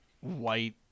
white